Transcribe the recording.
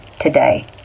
today